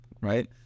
right